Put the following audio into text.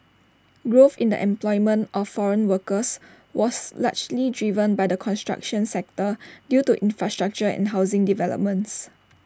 growth in the employment of foreign workers was largely driven by the construction sector due to infrastructure and housing developments